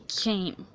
came